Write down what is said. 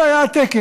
זה היה הטקס: